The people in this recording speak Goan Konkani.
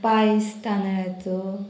पायस तानळाचो